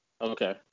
Okay